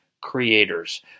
creators